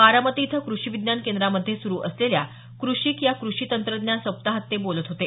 बारामती इथं कृषी विज्ञान केंद्रामध्ये सुरू असलेल्या कृषिक या कृषी तंत्रज्ञान सप्ताहात ते बोलत होते